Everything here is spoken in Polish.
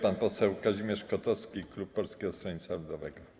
Pan poseł Kazimierz Kotowski, klub Polskiego Stronnictwa Ludowego.